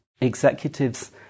executives